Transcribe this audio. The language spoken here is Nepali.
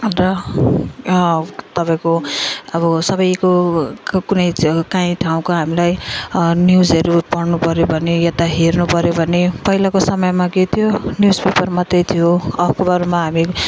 र तपाईँको अब सबको कुनै काहीँ ठाउँको हामीलाई न्युजहरू पढ्नु पऱ्यो भने या त हेर्नु पऱ्यो भने पहिलाको समयमा के थियो न्युज पेपर मात्र थियो अखबारमा हामी